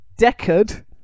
Deckard